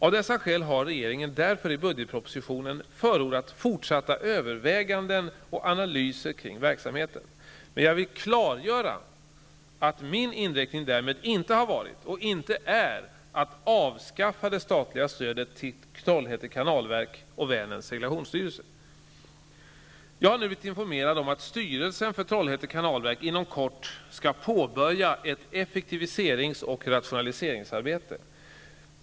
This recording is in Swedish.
Av dessa skäl har regeringen därför i budgetpropositionen förordat fortsatta överväganden och analyser kring verksamheten. Men jag vill klargöra att min inriktning därmed inte har varit -- och inte är -- att avskaffa det statliga stödet till Trollhätte kanalverk och Vänerns seglationsstyrelse. Jag har nu blivit informerad om att styrelsen för Trollhätte kanalverk inom kort skall påbörja ett effektiviserings och rationaliseringsarbete.